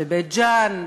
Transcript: בבית-ג'ן,